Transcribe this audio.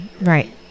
Right